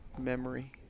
memory